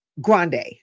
grande